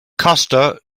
custer